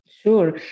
Sure